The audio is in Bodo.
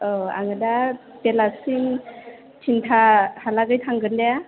औ आङो दा बेलासिनि टिन्टा हालागै थांगोन दे